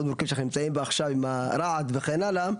מורכבת שאנחנו נמצאים בה עכשיו עם הרעד וכן הלאה,